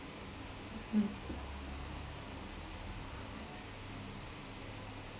mm